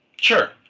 Sure